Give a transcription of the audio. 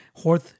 horth